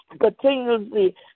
continuously